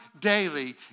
daily